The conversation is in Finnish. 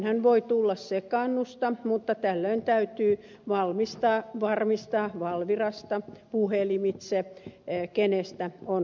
tällöinhän voi tulla sekaannusta mutta tällöin täytyy varmistaa valvirasta puhelimitse kenestä on kysymys